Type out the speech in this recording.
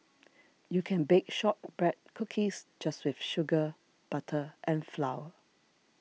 you can bake Shortbread Cookies just with sugar butter and flour